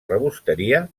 rebosteria